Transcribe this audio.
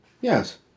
Yes